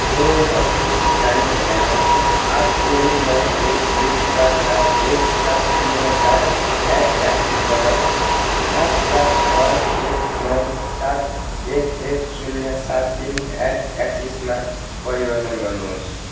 मेरो भर्चुअल भुक्तानी ठेगाना आठ तिन नौ एक दुई चार चार एक सात शून्य चार एट एक्सिसबाट सात चार छ एक नौ सात एक एक शून्य सात तिन एट एक्सिसमा परिवर्तन गर्नुहोस्